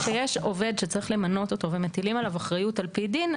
כשיש עובד שצריך למנות אותו ומטילים עליו אחריות על פי דין,